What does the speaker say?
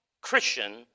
Christian